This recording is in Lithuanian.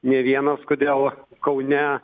ne vienas kodėl kaune